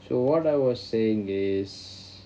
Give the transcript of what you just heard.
so what I was saying is